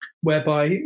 whereby